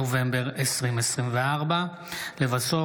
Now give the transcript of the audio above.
נובמבר 2024. לבסוף,